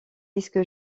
disc